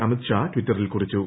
അമിത് ഷാ ട്വിറ്ററിൽ കുറിച്ചു